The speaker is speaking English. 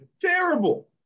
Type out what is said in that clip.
terrible